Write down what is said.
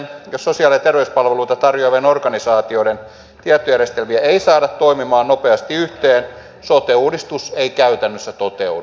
jos sosiaali ja terveyspalveluita tarjoavien organisaatioiden tietojärjestelmiä ei saada toimimaan nopeasti yhteen sote uudistus ei käytännössä toteudu